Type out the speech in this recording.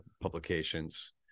publications